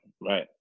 Right